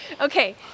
Okay